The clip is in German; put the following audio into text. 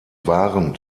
waren